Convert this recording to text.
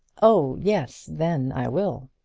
oh, yes then i will.